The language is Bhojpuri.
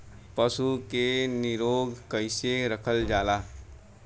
पशु के निरोग कईसे रखल जाला?